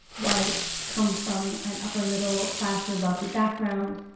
white, come from an upper middle class or wealthy background.